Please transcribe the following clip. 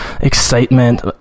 excitement